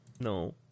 No